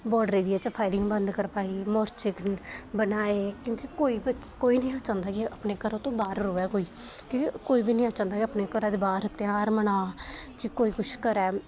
border एरिये च firing बंद करोआई मोर्चे बनाए क्योंकि कोई निं चांह्दा कि अपने घरा तूं बाह्र र'वै कोई क्योंकि कोई बी निं चांह्दा कि अपने घरा दे बाह्र तेहार मना कोई किश करै